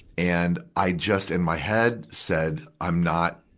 and, i just, in my head, said i'm not,